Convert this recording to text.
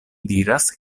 diras